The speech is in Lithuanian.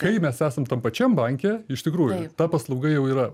kai mes esam tam pačiam banke iš tikrųjų ta paslauga jau yra